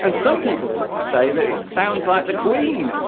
and some people say that it sounds like the queen